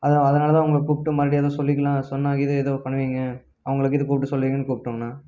அது அதனால் தான் உங்களை கூப்பிட்டு மறுபடியும் எதுவும் சொல்லிக்கலாம் சொன்னால் இது ஏதோ பண்ணுவீங்க அவங்கள இது கூப்பிட்டு சொல்லுவீங்கன்னு கூப்பிட்டோங்கண்ணா